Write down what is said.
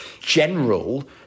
general